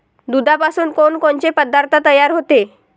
दुधापासून कोनकोनचे पदार्थ तयार होते?